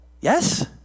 Yes